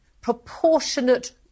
proportionate